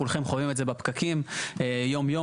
כולכם חווים את זה בפקקים יום יום.